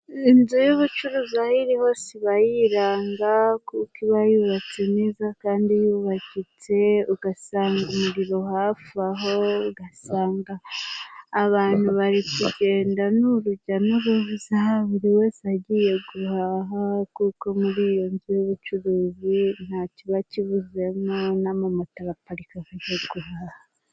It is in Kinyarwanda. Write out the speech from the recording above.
Inzu y'ubucuruzi aho iri iriho iba yiranga kuko iba yubatse neza kandi yubakitse. Ugasanga umuriro hafi aho, ugasanga abantu bari kugenda ni urujya n'uruza, buri wese agiye guhaha. Kuko muri iyo nzu y'ubucuruzi nta kiba kibuzemo, n'amamoto araparika agiye guhaha